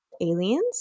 aliens